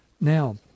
Now